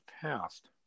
passed